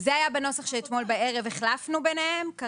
זה היה בנוסח שאתמול בערב החלפנו בינינו.